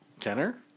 Kenner